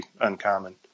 uncommon